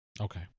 Okay